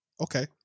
Okay